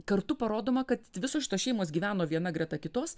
kartu parodoma kad visos šitos šeimos gyveno viena greta kitos